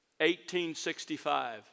1865